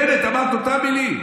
בנט אמר את אותן מילים.